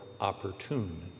opportune